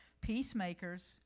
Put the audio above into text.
Peacemakers